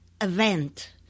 event